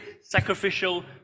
sacrificial